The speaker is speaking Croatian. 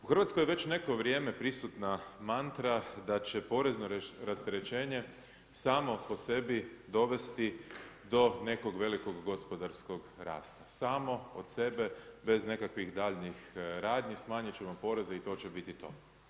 U RH je već neko vrijeme prisutna mantra da će porezno rasterećenje samo po sebi dovesti do nekog velikog gospodarskog rasta, samo od sebe bez nekakvih daljnjih radnji smanjit ćemo poreze i to će biti to.